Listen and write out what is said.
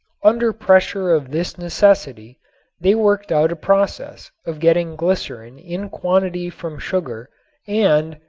under pressure of this necessity they worked out a process of getting glycerin in quantity from sugar and,